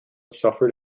suffered